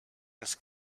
this